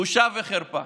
בושה וחרפה.